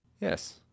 Yes